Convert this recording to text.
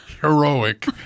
heroic